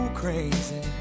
crazy